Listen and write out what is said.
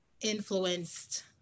influenced